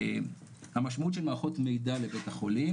המשמעות של מערכות מידע לבית החולים,